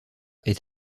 est